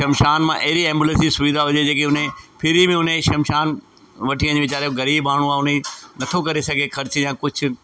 शमशान मां अहिड़ी एम्बुलेंस जी सुविधा हुजे जेकी हुन जी फ्री में उन खे शमशान वठी वञे वेचारो ग़रीब माण्हू आहे उन जी नथो करे सघे ख़र्च या कुझु